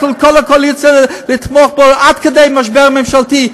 את כל הקואליציה לתמוך בו עד כדי משבר ממשלתי.